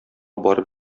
барып